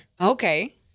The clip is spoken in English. okay